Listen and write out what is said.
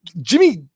Jimmy